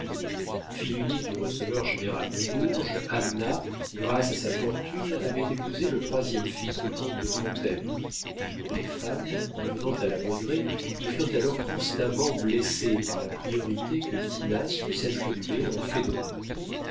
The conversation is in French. fille unique du receveur général de bourges anna grâce à sa fortune avait épousé le troisième fils du comte de fontaine les femmes en venant à la baudraye y furent alors constamment blessées par la priorité que dinah sut s'attribuer en fait de modes